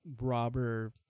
robber